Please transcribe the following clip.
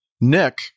Nick